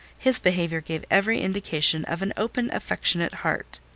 his behaviour gave every indication of an open, affectionate heart.